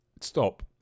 stop